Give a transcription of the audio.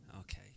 Okay